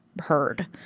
heard